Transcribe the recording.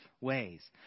ways